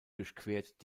durchquert